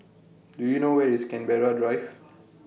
Do YOU know Where IS Canberra Drive